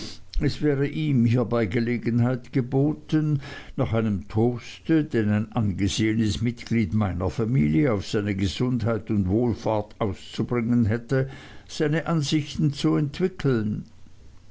es wäre ihm hierbei gelegenheit geboten nach einem toaste den ein angesehenes mitglied meiner familie auf seine gesundheit und wohlfahrt auszubringen hätte seine ansichten zu entwickeln